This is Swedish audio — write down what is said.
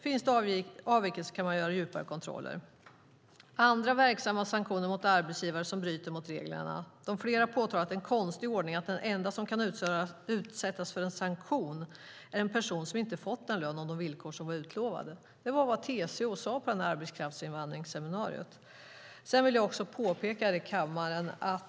Om det finns avvikelser kan man göra djupare kontroller. Det andra är verksamma sanktioner mot arbetsgivare som bryter mot reglerna. Som flera har påtalat är det en konstig ordning att den enda som kan utsättas för en sanktion är den person som inte har fått den lön och de villkor som var utlovade." Detta är vad TCO sade på arbetskraftsinvandringsseminariet. Jag vill också göra ett påpekande här i kammaren.